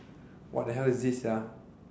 what the hell is this sia